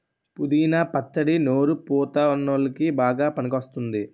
పుదీనా పచ్చడి నోరు పుతా వున్ల్లోకి బాగా పనికివస్తుంది